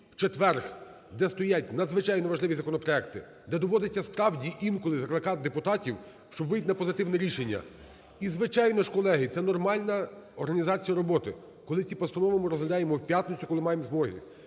четвер, де стоять надзвичайно важливі законопроекти, де доводиться справді інколи закликати депутатів, щоб вийти на позитивне рішення. І, звичайно ж, колеги, це нормальна організація роботи, коли ці постанови ми розглядаємо в п'ятницю, коли маємо змогу,